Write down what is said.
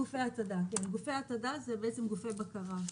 כן גופי התעדה, זה בעצם גופי בקרה.